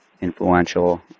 influential